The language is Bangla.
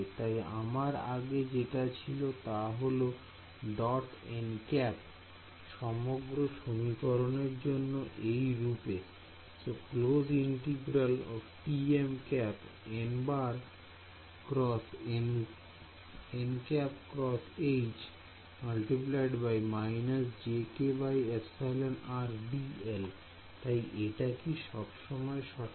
তাই আমার আগে যেটা ছিল তা হল nˆ সমগ্র সমীকরণের জন্য এইরূপে তাই এটা কি সবসময় সঠিক